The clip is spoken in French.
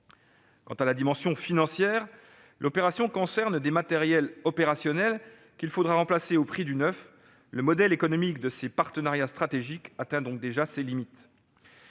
Quant à la dimension financière de l'opération, il s'agit de céder des appareils opérationnels qu'il faudra remplacer au prix du neuf ; le modèle économique de ces partenariats stratégiques atteint donc déjà ses limites